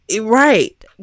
right